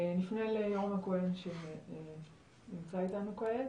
נפנה ליורם הכהן שנמצא איתנו כעת,